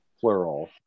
plural